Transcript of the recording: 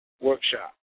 Workshop